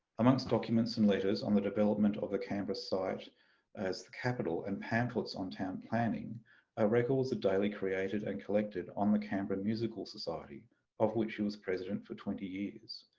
amongst documents and letters on the development of the canberra site as the capital and pamphlets on town planning are records that daley created and collected on the canberra musical society of which he was president for twenty years.